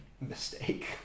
mistake